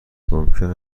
ممکن